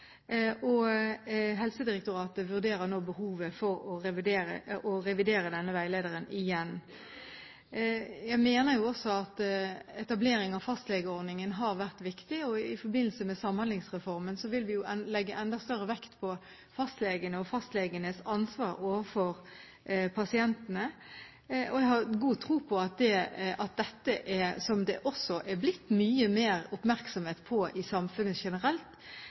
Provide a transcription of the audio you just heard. og Helsedirektoratet vurderer nå behovet for å revidere denne veilederen igjen. Jeg mener også at etableringen av fastlegeordningen har vært viktig, og i forbindelse med Samhandlingsreformen vil vi legge enda større vekt på fastlegene og deres ansvar overfor pasientene. Jeg har god tro på at dette, som det også er blitt mye mer oppmerksomhet rundt i samfunnet generelt,